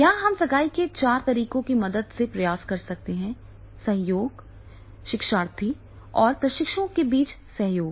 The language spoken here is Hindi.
यह हम सगाई के चार तरीकों की मदद से प्रयास कर सकते हैं सहयोग शिक्षार्थी और प्रशिक्षुओं के बीच सहयोग